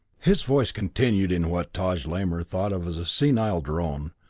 his voice continued in what taj lamor thought of as a senile drone,